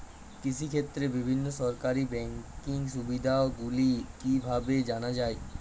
কৃষিক্ষেত্রে বিভিন্ন সরকারি ব্যকিং সুবিধাগুলি কি করে জানা যাবে?